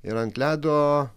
ir ant ledo